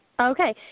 Okay